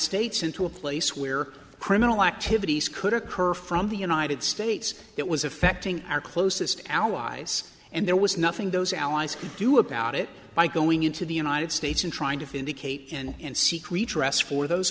states into a place where criminal activities could occur from the united states it was affecting our closest allies and there was nothing those allies could do about it by going into the united states and trying to find a kate and seek redress for those